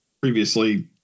previously